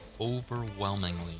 overwhelmingly